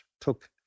took